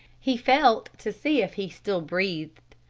he felt to see if he still breathed.